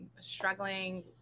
struggling